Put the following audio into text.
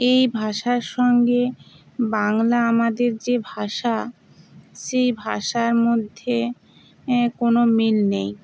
এই ভাষার সঙ্গে বাংলা আমাদের যে ভাষা সেই ভাষার মধ্যে কোনো মিল নেই